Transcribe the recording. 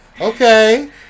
okay